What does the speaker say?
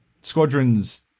squadrons